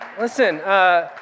Listen